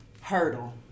hurdle